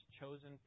chosen